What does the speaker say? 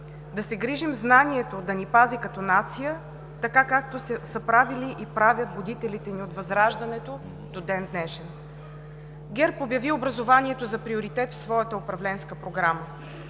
да се грижим знанието да ни пази като нация, така както са правили и правят будителите ни от Възраждането до ден-днешен. ГЕРБ обяви образованието за приоритет в своята управленска програма.